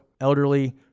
elderly